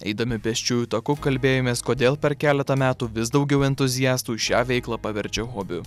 eidami pėsčiųjų taku kalbėjomės kodėl per keletą metų vis daugiau entuziastų šią veiklą paverčia hobiu